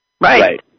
Right